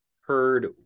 heard